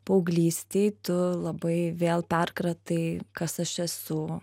paauglystėj tu labai vėl perkratai kas aš esu